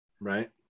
right